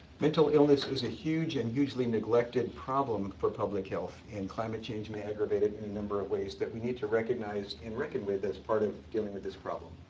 mental illness is a huge, and hugely neglected, problem for public health. and climate change may aggravate it in a number of ways that we need to recognize, and reckon with, as part of dealing with this problem.